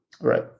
Right